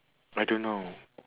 I don't know